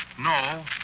No